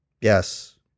Yes